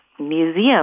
museum